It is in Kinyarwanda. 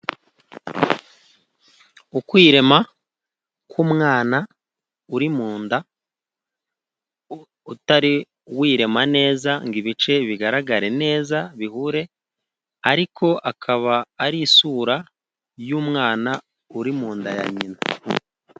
Ukwirema k'umwana uri mu nda, utari wirema neza ngo ibice bigaragare neza bihure, ariko akaba ari isura y'umwana uri mu nda ya nyina.